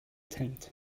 tent